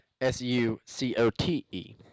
S-U-C-O-T-E